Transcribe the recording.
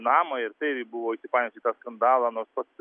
namą ir tai ir ji buvo įsipainiojusi į tą skandalą nors pats